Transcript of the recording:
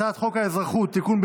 הצעת חוק האזרחות (תיקון,